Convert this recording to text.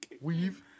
Weave